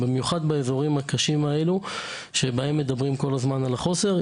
במיוחד באזורים הקשים האלו שבהם מדברים כל הזמן על החוסר,